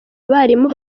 abarimu